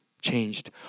changed